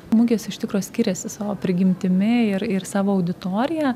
mugės iš tikro skiriasi savo prigimtimi ir ir savo auditorija